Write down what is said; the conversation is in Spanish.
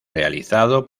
realizado